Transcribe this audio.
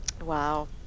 Wow